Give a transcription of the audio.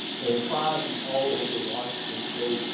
and tribes from all over washington state,